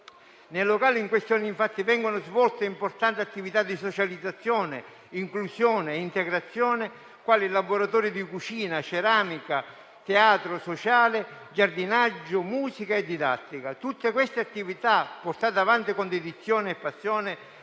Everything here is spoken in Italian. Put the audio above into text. Nel locale in questione, infatti, vengono svolte importanti attività di socializzazione, inclusione e integrazione, quali laboratori di cucina, ceramica, teatro sociale, giardinaggio, musica e didattica. Tutte queste attività sono portate avanti con dedizione e passione